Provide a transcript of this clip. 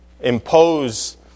Impose